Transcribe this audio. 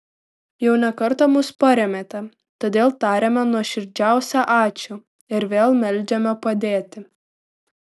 jau ne kartą mus parėmėte todėl tariame nuoširdžiausią ačiū ir vėl meldžiame padėti